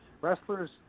Wrestlers